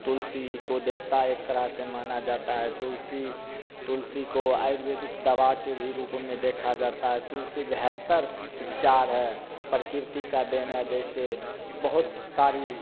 तुलसी को देवता एक तरह से माना जाता है तुलसी तुलसी को आयुर्वेदिक दावा के भी रूप में देखा जाता है तुलसी बेहतर उपचार है प्रकृति का देन है जैसे बहुत सारी